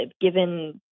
given